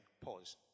Pause